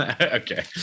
okay